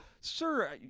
sir